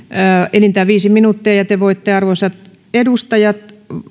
enintään viisi minuuttia ja te voitte arvoisat edustajat